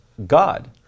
God